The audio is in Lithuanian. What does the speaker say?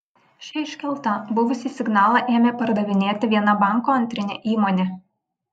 ši iškelta buvusį signalą ėmė pardavinėti viena banko antrinė įmonė